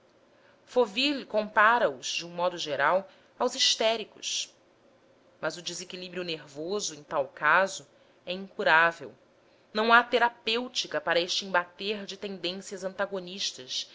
foville compara os de um modo geral aos histéricos mas o desequilíbrio nervoso em tal caso é incurável não há terapêutica para este embater de tendências antagonistas